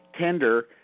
tender